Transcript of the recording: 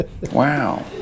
Wow